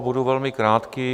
Budu velmi krátký.